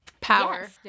Power